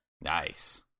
Nice